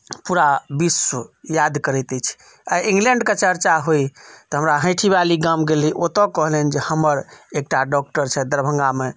पूरा विश्व याद करैत अछि आइ इंग्लैंडके चर्चा होइ तऽ हमरा हैंठी वाली गाम गेल रही ओतऽ कहलनि जे हमर एकटा डॉक्टर छथि दरभंगामे